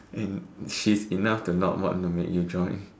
and she's enough to not want to make you join